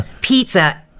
pizza